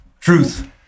truth